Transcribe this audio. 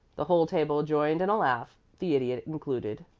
the whole table joined in a laugh, the idiot included.